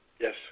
yes